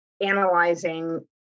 analyzing